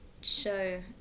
show